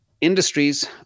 industries